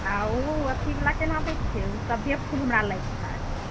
आ ओ अथी बाला केना दै छियै ओ सभे फुल हमरा लैके छै